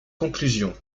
conclusion